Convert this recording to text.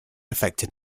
affected